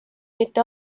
mitte